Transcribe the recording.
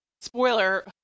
spoiler